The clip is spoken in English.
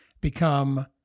become